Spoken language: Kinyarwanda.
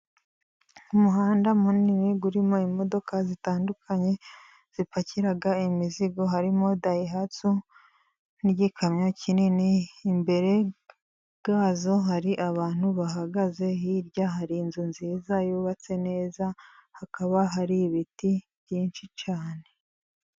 Umuhanda munini urimo imodoka zitandukanye zipakira imizigo. Harimo dayihanso n'igikamyo kinini. Imbere yazo, hari abantu bahagaze . Hirya hari inzu nziza yubatse neza, hakaba hari ibiti byinshi cyane.